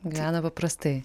gyvena paprastai